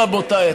רבותיי,